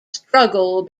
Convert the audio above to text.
struggle